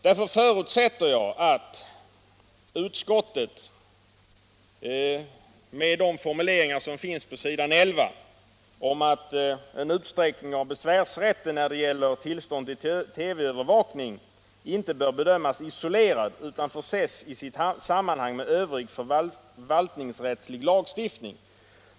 På s. 11 i betänkandet står att frågan om en utsträckning av besvärsrätten när det gäller tillstånd till TV-övervakning inte bör bedömas isolerad utan får ses i sitt sammanhang med övrig förvaltningsrättslig lagstiftning.